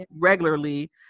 regularly